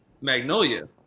Magnolia